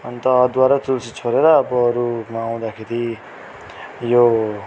अन्त अदुवा र तुलसी छोडेर अब अरूमा आउँदाखेरि यो